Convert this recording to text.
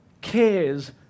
cares